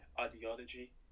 ideology